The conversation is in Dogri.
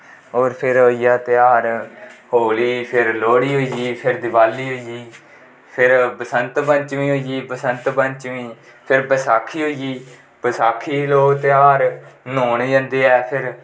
होर फिर होई गेआ तेहार होली फिर लौह्ड़ी होई गेई फिर दिपावली होई गेई फिर बंसत पचमी होई गेई बसंत पंचमी फिर बसाखी होई गेई बसाखी लोक तेहार गी लोक न्होने जंदे ऐ फिर